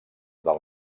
del